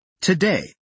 Today